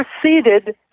proceeded